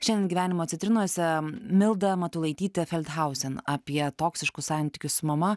šiandien gyvenimo citrinose milda matulaitytė feldhausen apie toksiškus santykius su mama